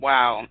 Wow